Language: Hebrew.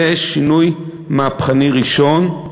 זה שינוי מהפכני ראשון.